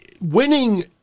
winning